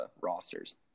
rosters